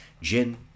gin